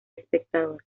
espectador